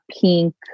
pink